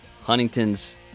Huntington's